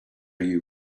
you